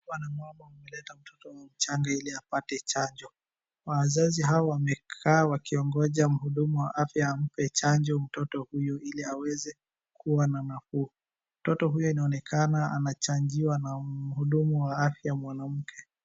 Baba huyo ameleta mtoto mchanga ili apate chanjo. Wazazi hao wamekaa wakiongoja mhudumi wa afya ampe chanjo mtoto huyu ili aweze kuwa na nafuu. Mtoto huyu inaonekana anachanjwa na mhudumu wa afya mwanamke.